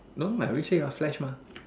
no I already mah flash mah